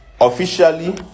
officially